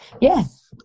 yes